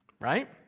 right